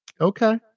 okay